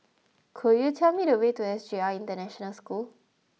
could you tell me the way to S J I International School